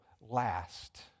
last